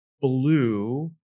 blue